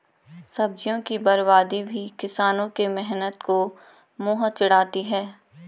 सब्जियों की बर्बादी भी किसानों के मेहनत को मुँह चिढ़ाती है